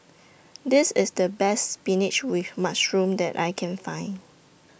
This IS The Best Spinach with Mushroom that I Can Find